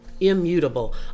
immutable